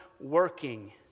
working